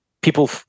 people